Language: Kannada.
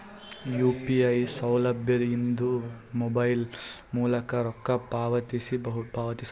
ಯು.ಪಿ.ಐ ಸೌಲಭ್ಯ ಇಂದ ಮೊಬೈಲ್ ಮೂಲಕ ರೊಕ್ಕ ಪಾವತಿಸ ಬಹುದಾ?